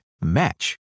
match